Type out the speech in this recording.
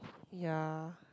ya